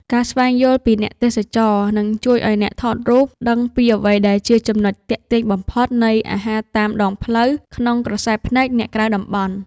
ការស្វែងយល់ពី អ្នកទេសចរ នឹងជួយឱ្យអ្នកថតរូបដឹងពីអ្វីដែលជាចំណុចទាក់ទាញបំផុតនៃអាហារតាមដងផ្លូវក្នុងក្រសែភ្នែកអ្នកក្រៅតំបន់។